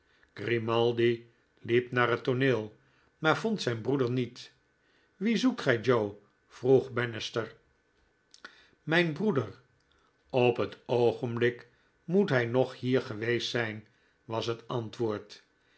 grimaldi liep naar het tooneel maar vond zijn broeder niet wien zoekt gij joe vroeg bannister mijn broeder op het oogenblik moet hij nog hier geweest zijn was het antwoord